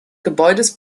gebäudes